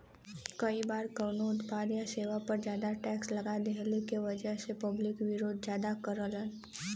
कई बार कउनो उत्पाद या सेवा पर जादा टैक्स लगा देहले क वजह से पब्लिक वोकर विरोध करलन